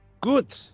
Good